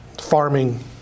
farming